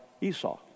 Esau